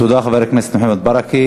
תודה, חבר הכנסת מוחמד ברכה.